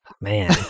man